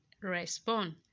respond